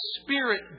Spirit